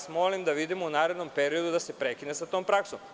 Molim vas da vidimo u narednom periodu da se prekine sa tom praksom.